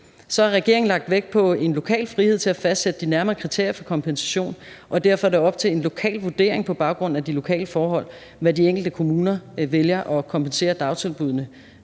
Så har regeringen lagt vægt på en lokal frihed til at fastsætte de nærmere kriterier for kompensation, og derfor er det op til en lokal vurdering på baggrund af de lokale forhold, hvad de enkelte kommuner vælger at kompensere dagtilbuddene